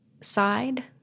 side